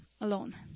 alone